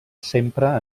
sempre